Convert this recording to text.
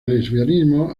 lesbianismo